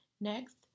Next